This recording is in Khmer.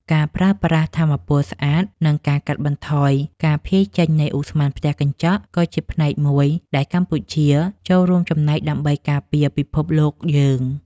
ការប្រើប្រាស់ថាមពលស្អាត និងការកាត់បន្ថយការភាយចេញនៃឧស្ម័នផ្ទះកញ្ចក់ ក៏ជាផ្នែកមួយដែលកម្ពុជាចូលរួមចំណែកដើម្បីការពារពិភពលោកយើង។